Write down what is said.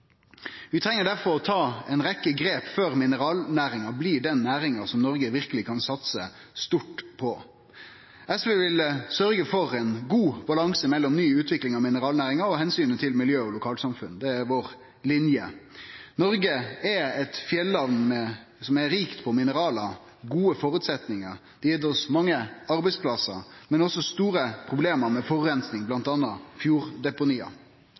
Vi treng difor å ta ei rekkje grep før mineralnæringa blir den næringa som Noreg verkeleg kan satse stort på. SV vil sørgje for ein god balanse mellom ny utvikling av mineralnæringa og omsynet til miljø og lokalsamfunn. Det er vår linje. Noreg er eit fjelland som er rikt på mineral, som har gode føresetnader og har gitt oss mange arbeidsplassar, men også store problem med